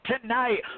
tonight